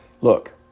Look